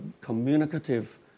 communicative